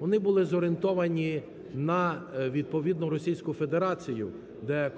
вони були зорієнтовані на відповідно Російську Федерацію, де